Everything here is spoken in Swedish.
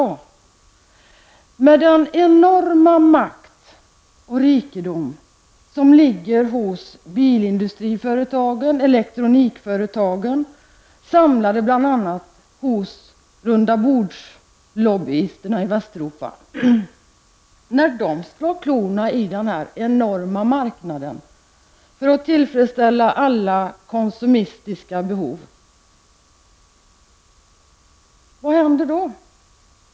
Det ligger en enorm makt och rikedom hos bil och elektronikföretagen, samlad bl.a. hos runda-bords-lobbyisterna i Västeuropa. När dessa slår klorna i denna enorma marknad för att tillfredställa alla konsumistiska behov -- vad händer då?